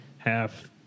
Half